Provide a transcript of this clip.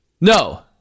No